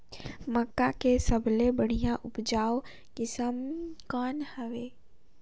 मक्का के सबले बढ़िया उपजाऊ किसम कौन हवय?